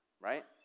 Right